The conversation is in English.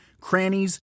crannies